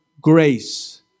grace